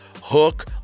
hook